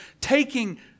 taking